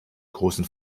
großen